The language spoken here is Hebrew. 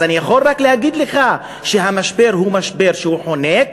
אז אני יכול רק להגיד לך שהמשבר הוא משבר שחונק.